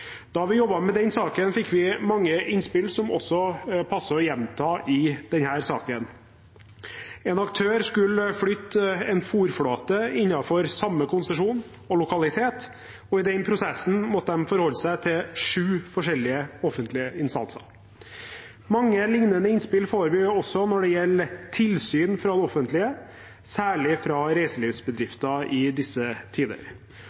Da vi jobbet med den saken, fikk vi mange innspill som det også passer å gjenta i denne saken. En aktør skulle flytte en fôrflåte innenfor samme konsesjon og lokalitet, og i den prosessen måtte de forholde seg til sju forskjellige offentlige instanser. Mange lignende innspill får vi også når det gjelder tilsyn fra det offentlige, særlig fra reiselivsbedrifter i disse tider.